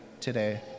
today